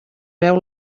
veu